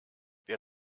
wer